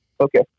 Okay